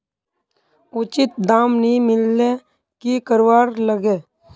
उचित दाम नि मिलले की करवार लगे?